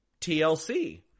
TLC